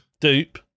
Dupe